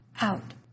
out